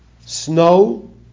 snow